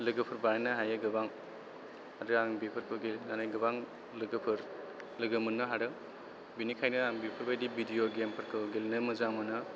लोगोफोर बानायनो हायो गोबां आरो आं बेफोरखौ गेलेनानै गोबां लोगोफोर लोगो मोननो हादों बेनिखायनो आं बेफोरबायदि भिडिय' गेमफोरखौ गेलेनो मोजां मोनो